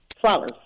Flowers